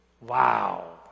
Wow